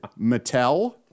Mattel